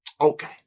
Okay